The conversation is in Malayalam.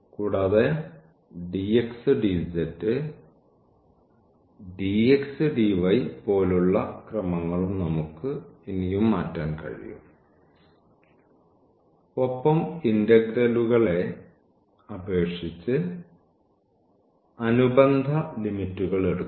കൂടാതെ dxdz dxdy പോലുള്ള ക്രമങ്ങളും നമുക്ക് ഇനിയും മാറ്റാൻ കഴിയും ഒപ്പം ഇന്റഗ്രലുകളെ അപേക്ഷിച്ച് അനുബന്ധ ലിമിറ്റുകൾ എടുക്കണം